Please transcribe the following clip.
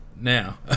now